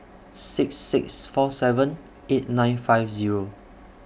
six six four seven eight nine five Zero